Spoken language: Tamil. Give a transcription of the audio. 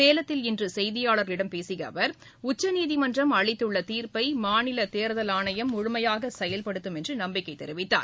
சேலத்தில் இன்று செய்தியாளர்களிடம் பேசிய அவர் உச்சநீதிமன்றம் அளித்துள்ள தீர்ப்பை மாநில தேர்தல் ஆணையம் முழுமையாக செயல்படுத்தும் என்று நம்பிக்கை தெரிவித்தார்